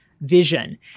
vision